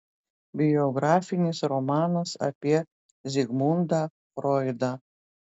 biografinis romanas apie zigmundą froidą